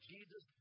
Jesus